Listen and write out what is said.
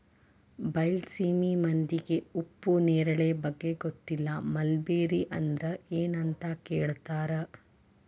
ಬೈಲಸೇಮಿ ಮಂದಿಗೆ ಉಪ್ಪು ನೇರಳೆ ಬಗ್ಗೆ ಗೊತ್ತಿಲ್ಲ ಮಲ್ಬೆರಿ ಅಂದ್ರ ಎನ್ ಅಂತ ಕೇಳತಾರ